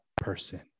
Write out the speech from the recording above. person